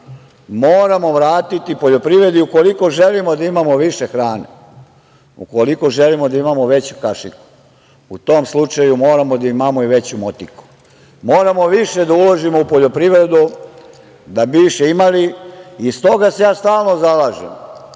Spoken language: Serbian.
moramo vratiti poljoprivredi ukoliko želimo da imamo više hrane, ukoliko želimo da imamo veću kašiku, u tom slučaju moramo da imamo i veću motiku. Moramo više da uložimo u poljoprivredu da bi više imali i s toga se ja stalno zalažem